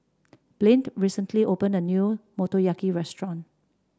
Blane recently opened a new Motoyaki Restaurant